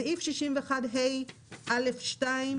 סעיף 61ה(א)(2).